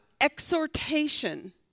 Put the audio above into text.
exhortation